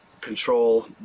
control